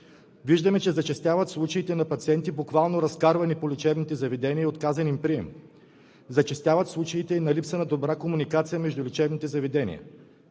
Виждаме, че зачестяват случаите на пациенти, буквално разкарвани по лечебните заведения и отказан им прием. Зачестяват и случаите на липса на добра комуникация между лечебните заведения.